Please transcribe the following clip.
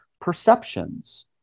perceptions